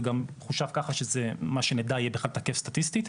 זה גם חושב ככה שמה שנדע יהיה בכלל תקף סטטיסטית.